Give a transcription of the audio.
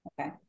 Okay